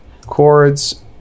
chords